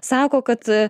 sako kad